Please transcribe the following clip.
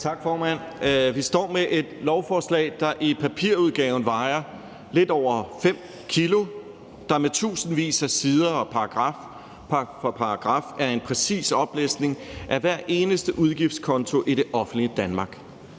Tak, formand. Vi står med et lovforslag, der i papirudgaven vejer lidt over 5 kg, og som med tusindvis af sider og paragraf for paragraf er en præcis oplistning af hver eneste udgiftskonto i det offentlige Danmark.